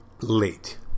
late